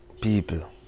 people